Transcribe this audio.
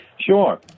Sure